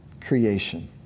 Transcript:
creation